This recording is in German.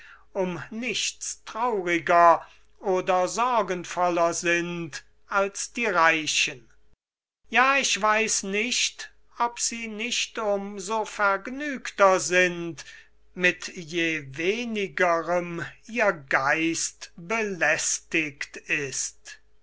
um nichts trauriger oder sorgenvoller sind als die reichen ja ich weiß nicht ob sie nicht um so vergnügter sind mit je wenigerem ihr geist belästigt ist